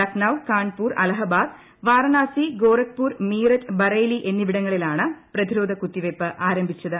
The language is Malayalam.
ലഖ് നൌ കാൺപൂർ അല്യെബ്ബാദ് വാരണാസി ഗോരഖ്പൂർ മീററ്റ് ബറേലി എന്നിവിടങ്ങളിലാണ് പ്രതിരോധ കുത്തിവയ്പ്പ് ആരംഭിച്ചത്